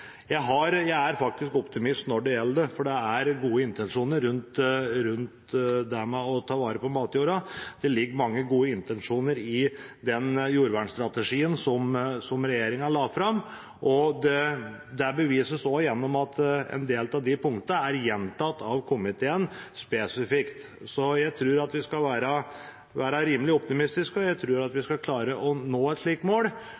Jeg er faktisk optimist når det gjelder det, for det er gode intensjoner rundt det med å ta vare på matjorda. Det ligger mange gode intensjoner i den jordvernstrategien som regjeringen la fram, og det bevises også gjennom at en del av de punktene er gjentatt av komiteen spesifikt. Så jeg tror at vi skal være rimelig optimistiske, og jeg tror vi skal klare å nå et slikt mål.